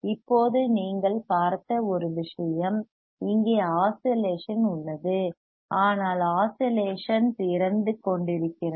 இப்போது நீங்கள் பார்த்த ஒரு விஷயம் இங்கே ஆஸிலேஷன் உள்ளது ஆனால் ஆஸிலேஷன்ஸ் சிதைந்து கொண்டிருக்கின்றன